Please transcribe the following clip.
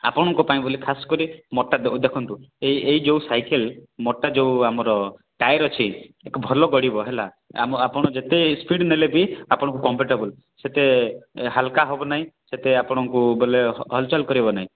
ଆପଣଙ୍କ ପାଇଁ ବୋଲି ଖାସ୍ କରି ମୋଟା ଦେଖନ୍ତୁ ଏଇ ଏଇ ଯେଉଁ ସାଇକେଲ ମୋଟା ଯେଉଁ ଆମର ଟାୟାର୍ ଅଛି ଭଲ ଗଡ଼ିବ ହେଲା ଆମ ଆପଣ ଯେତେ ସ୍ପିଡ଼ ନେଲେବି ଆପଣଙ୍କୁ କମ୍ଫଟେବୁଲ୍ ସେତେ ହାଲକା ହେବ ନାହିଁ ସେତେ ଆପଣଙ୍କୁ ବୋଇଲେ ହଲଚଲ କରିବ ନାହିଁ